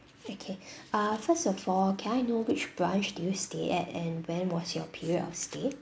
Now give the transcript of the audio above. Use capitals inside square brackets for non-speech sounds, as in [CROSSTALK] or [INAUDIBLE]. okay [BREATH] uh first of all can I know which branch do you stay at and when was your period of stay